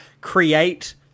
create